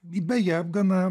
beje gana